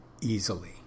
easily